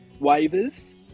waivers